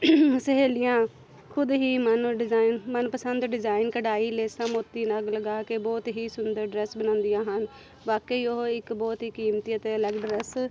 ਸਹੇਲੀਆਂ ਖੁਦ ਹੀ ਮੈਨੂੰ ਡਿਜ਼ਾਈਨ ਮਨਪਸੰਦ ਦੇ ਡਿਜ਼ਾਈਨ ਕਢਾਈ ਲੈਸਾਂ ਮੋਤੀ ਨਗ ਲਗਾ ਕੇ ਬਹੁਤ ਹੀ ਸੁੰਦਰ ਡਰੈੱਸ ਬਣਾਉਂਦੀਆਂ ਹਨ ਵਾਕਈ ਉਹ ਇੱਕ ਬਹੁਤ ਹੀ ਕੀਮਤੀ ਅਤੇ ਅਲੱਗ ਡਰੈੱਸ